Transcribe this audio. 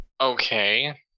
okay